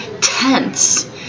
tense